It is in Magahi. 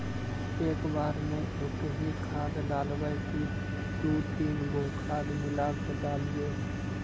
एक बार मे एकही खाद डालबय की दू तीन गो खाद मिला के डालीय?